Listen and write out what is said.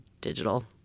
digital